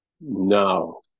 No